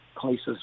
places